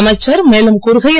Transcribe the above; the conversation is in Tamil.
அமைச்சர் மேலும் கூறுகையில்